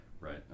right